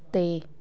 ਅਤੇ